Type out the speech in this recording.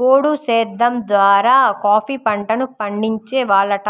పోడు సేద్దెం ద్వారా కాపీ పంటను పండించే వాళ్లంట